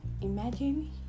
Imagine